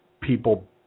people